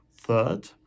Third